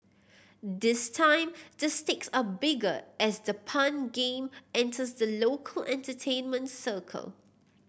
this time the stakes are bigger as the pun game enters the local entertainment circle